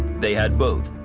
they had both.